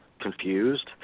confused